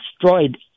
destroyed